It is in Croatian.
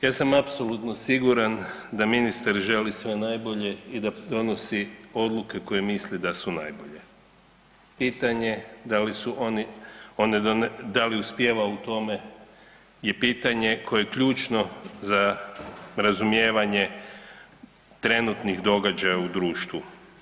Ja sam apsolutno siguran da ministar želi sve najbolje i da donosi odluke koje misli da su najbolje, pitanje da li uspijeva u tome je pitanje koje je ključno za razumijevanje trenutnih događaja u društvu.